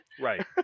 Right